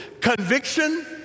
Conviction